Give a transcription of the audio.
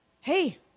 hey